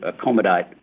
accommodate